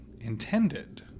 intended